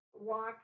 walk